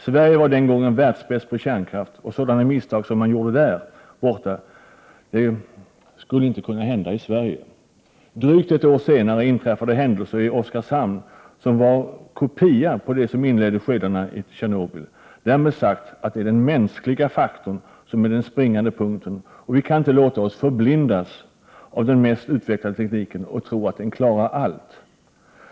Sverige var den gången världsbäst på kärnkraft, och sådana misstag som man gjort där borta skulle vi inte kunna göra här i Sverige. Drygt ett år senare inträffade händelser i Oskarshamn som var en kopia av det som i de inledande skedena hände i Tjernobyl. Därmed sagt att det är den mänskliga faktorn som är den springande punkten. Vi kan inte låta oss förblindas av den mest utvecklade tekniken och tro att den klarar allt.